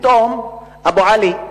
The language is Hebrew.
פתאום אבו עלי,